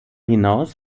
hinaus